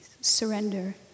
Surrender